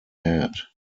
head